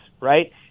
right